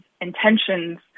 intentions